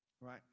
right